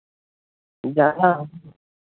ज़्यादा